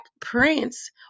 prince